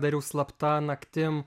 dariau slapta naktim